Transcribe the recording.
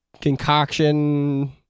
concoction